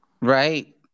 Right